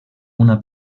una